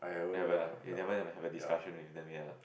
haven't ah you never have a discussion with them yet lah